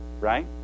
right